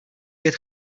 pět